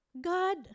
God